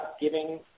giving